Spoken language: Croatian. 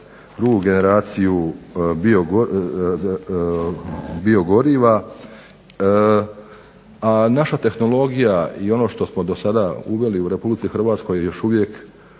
drugu generaciju bio goriva a naša tehnologija i ono što smo do sada uveli u Republici Hrvatskoj još uvijek